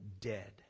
dead